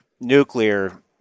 nuclear